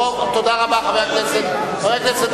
תודה רבה, חבר הכנסת,